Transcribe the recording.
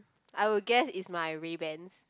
I will guess is my Ray-Ban